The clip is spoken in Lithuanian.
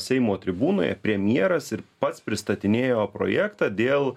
seimo tribūnoje premjeras ir pats pristatinėjo projektą dėl